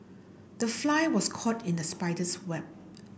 the fly was caught in the spider's web